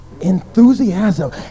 Enthusiasm